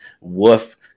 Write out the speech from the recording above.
Woof